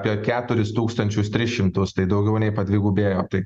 apie keturis tūkstančius tris šimtus tai daugiau nei padvigubėjo tai